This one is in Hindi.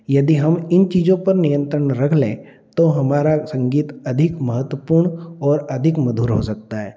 यदि हम इन चीजों पर नियंत्रण रख लें तो हमारा संगीत अधिक महत्वपूर्ण और अधिक मधुर हो सकता है